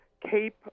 cape